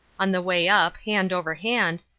on the way up, hand over hand,